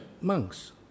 monks